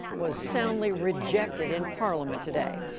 was soundly rejected in parliament today.